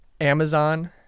Amazon